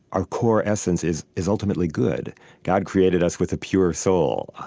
our core essence is is ultimately good god created us with a pure soul,